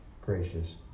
gracious